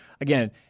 again